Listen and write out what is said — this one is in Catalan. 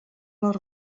les